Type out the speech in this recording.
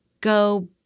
go